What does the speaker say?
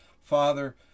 Father